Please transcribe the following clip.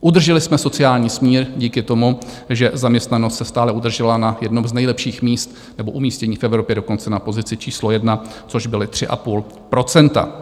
Udrželi jsme sociální smír díky tomu, že zaměstnanost se stále udržela na jednom z nejlepších míst nebo umístění v Evropě, dokonce na pozici číslo jedna, což bylo 3,5 %.